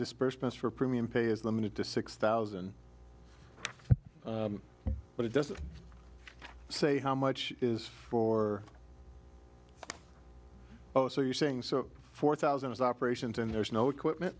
disbursement for premium pay is limited to six thousand but it doesn't say how much is or oh so you're saying so four thousand is operations and there's no equipment